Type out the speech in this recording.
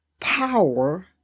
power